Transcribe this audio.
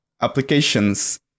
applications